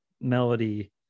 melody